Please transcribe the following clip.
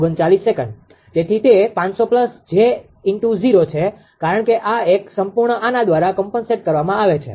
તેથી તે 500 𝑗0 છે કારણ કે આ એક સંપૂર્ણ આના દ્વારા કોમ્પનસેટ કરવામાં આવે છે